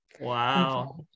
Wow